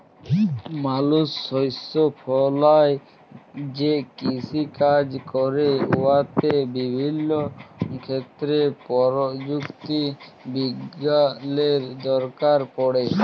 মালুস শস্য ফলাঁয় যে কিষিকাজ ক্যরে উয়াতে বিভিল্য ক্ষেত্রে পরযুক্তি বিজ্ঞালের দরকার পড়ে